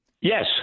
Yes